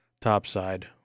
topside